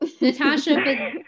Natasha